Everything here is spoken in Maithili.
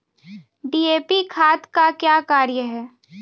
डी.ए.पी खाद का क्या कार्य हैं?